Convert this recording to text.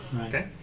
Okay